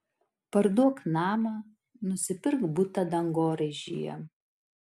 parduok namą nusipirk butą dangoraižyje